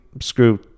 screw